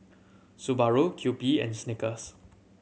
Subaru Kewpie and Snickers